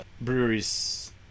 breweries